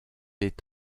est